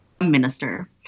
minister